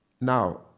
Now